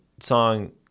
song